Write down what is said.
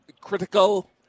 critical